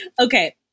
Okay